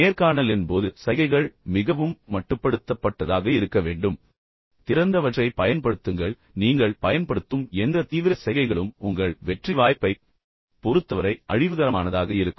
நேர்காணலின் போது சைகைகள் மிகவும் மட்டுப்படுத்தப்பட்டதாக இருக்க வேண்டும் திறந்தவற்றைப் பயன்படுத்துங்கள் நீங்கள் தீவிர சைகைகளைப் பயன்படுத்தும் எந்த சைகைகளும் உங்கள் வெற்றி வாய்ப்பைப் பொறுத்தவரை அழிவுகரமானதாகவும் அழிவுகரமானதாகவும் இருக்கும்